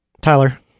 tyler